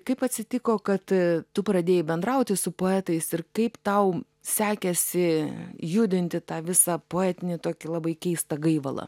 kaip atsitiko kad tu pradėjai bendrauti su poetais ir kaip tau sekėsi judinti tą visą poetinį tokį labai keistą gaivalą